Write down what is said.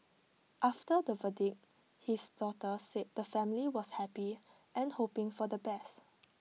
after the verdict his daughter said the family was happy and hoping for the best